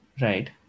Right